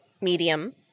medium